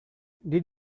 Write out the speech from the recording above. did